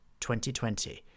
2020